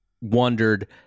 wondered